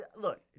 look